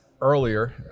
earlier